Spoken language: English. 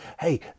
Hey